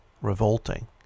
Revolting